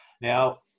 Now